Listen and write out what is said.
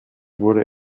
wurde